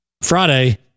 Friday